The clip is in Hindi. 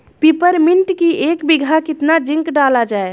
पिपरमिंट की एक बीघा कितना जिंक डाला जाए?